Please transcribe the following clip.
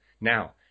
Now